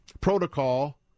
protocol